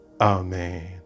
Amen